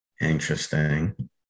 interesting